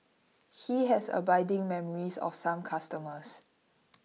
he has abiding memories of some customers